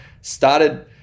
started